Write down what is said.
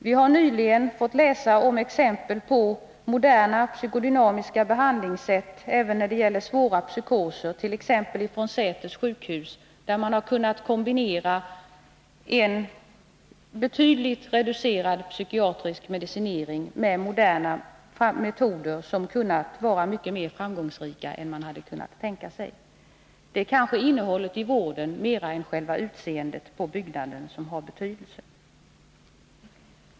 Vi har nyligen fått läsa exempel på moderna psykodynamiska behandlingssätt även när det gäller svåra psykoser, t.ex. från Säters sjukhus, där man kunnat kombinera en betydligt reducerad psykiatrisk medicinering med moderna metoder, som varit mycket mer framgångsrika än man kunnat tänka sig. Det är kanske innehållet i vården mer än själva utseendet på byggnaden som har betydelse.